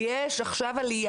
ויש עכשיו עליה